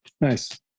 Nice